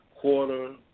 quarter